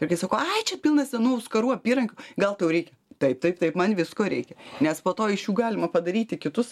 ir kai sako ai čia pilna senų auskarų apyrankių gal tau reikia taip taip taip man visko reikia nes po to iš jų galima padaryti kitus